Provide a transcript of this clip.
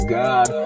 god